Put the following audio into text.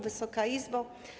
Wysoka Izbo!